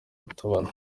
rutabana